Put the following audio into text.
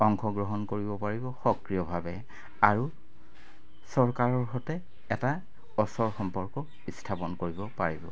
অংশগ্ৰহণ কৰিব পাৰিব সক্ৰিয়ভাৱে আৰু চৰকাৰৰ সৈতে এটা অচৰ সম্পৰ্ক স্থাপন কৰিব পাৰিব